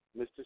Mr